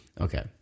Okay